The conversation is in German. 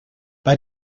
bei